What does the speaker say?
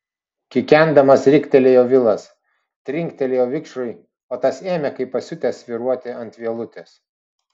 kikendamas riktelėjo vilas trinktelėjo vikšrui o tas ėmė kaip pasiutęs svyruoti ant vielutės